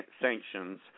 sanctions